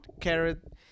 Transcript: carrot